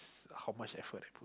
how much effort I put